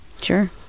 Sure